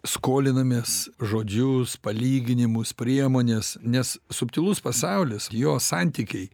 skolinamės žodžius palyginimus priemones nes subtilus pasaulis jo santykiai